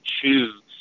choose